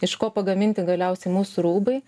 iš ko pagaminti galiausiai mūsų rūbai